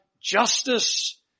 justice